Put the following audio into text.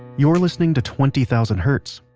you're listening to twenty thousand hertz.